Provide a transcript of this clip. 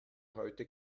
heute